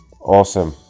Awesome